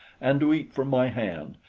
and to eat from my hand,